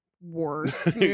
worst